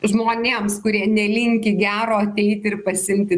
žmonėms kurie nelinki gero ateiti ir pasiimti